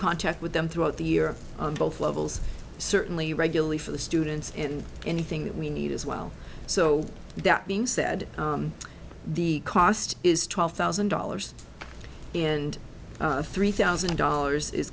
contact with them throughout the year both levels certainly regularly for the students in anything that we need as well so that being said the cost is twelve thousand dollars and three thousand dollars is